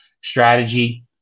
strategy